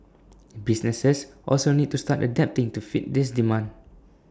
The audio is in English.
businesses also need to start adapting to fit this demand